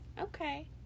Okay